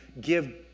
give